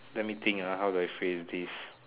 let me think ah how do I phrase this